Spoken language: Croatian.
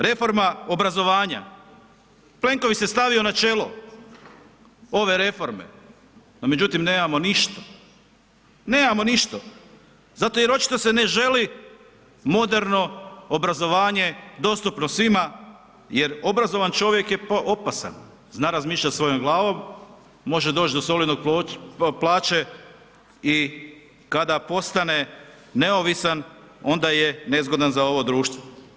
Reforma obrazovanja, Plenković se stavio na čelo ove reforme no međutim nemamo ništa zato jer očito se ne želi moderno obrazovanje dostupno svima jer obrazovan čovjek je opasan, zna razmišljat svojom glavom, može doći do solidne plaće i kada postane neovisan, onda je nezgodan za ovo društvo.